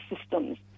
systems